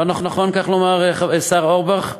לא נכון כך לומר, השר אורבך?